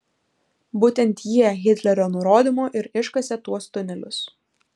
būtent jie hitlerio nurodymu ir iškasė tuos tunelius